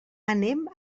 anem